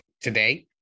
today